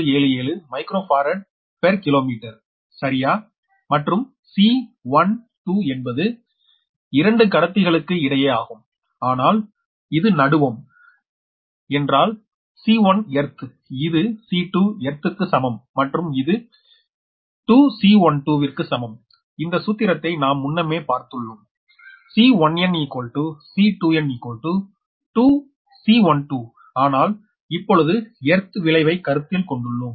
00477 micro farad per kilometre சரியா மற்றும் C 1 2 என்பது 2 கடத்திகளுக்கு இடையே ஆகும் அனால் இது நடுவம் என்றால் C1 எர்த் இது C2 எர்த் க்கு சமம் மற்றும் இது 2 C12 விற்கு சமம் இந்த சூத்திரத்தை நாம் முன்னமே பார்த்துள்ளோம் C1n C2n 2 C12 ஆனால் இப்பொழுது எர்த் விளைவை கருத்தில் கொண்டுள்ளோம்